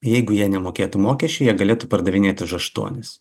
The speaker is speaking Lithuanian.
jeigu jie nemokėtų mokesčių jie galėtų pardavinėti už aštuonis